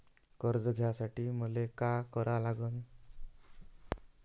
कर्ज घ्यासाठी मले का करा लागन?